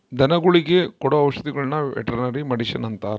ಧನಗುಳಿಗೆ ಕೊಡೊ ಔಷದಿಗುಳ್ನ ವೆರ್ಟನರಿ ಮಡಿಷನ್ ಅಂತಾರ